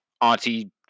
Auntie